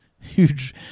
huge